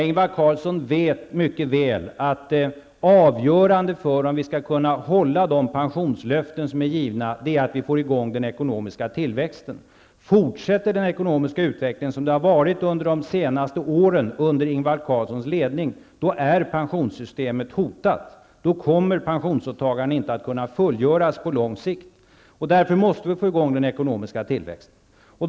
Ingvar Carlsson vet mycket väl att det avgörande för om vi skall kunna hålla de pensionslöften som är givna är att vi får i gång den ekonomiska tillväxten. Fortsätter den ekonomiska utvecklingen som den har varit under de senaste åren, under Ingvar Carlssons ledning, är pensionssystemet hotat. Då kommer pensionsåtagandena inte att kunna fullgöras på lång sikt. Därför måste vi få i gång den ekonomiska tillväxten.